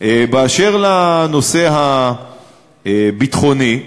אשר לנושא הביטחוני,